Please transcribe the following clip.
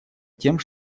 тем